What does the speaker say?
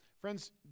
Friends